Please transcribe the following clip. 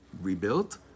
rebuilt